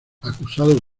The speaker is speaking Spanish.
acusados